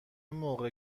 موقع